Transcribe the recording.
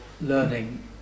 learning